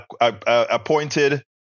appointed